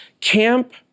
Camp